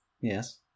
Yes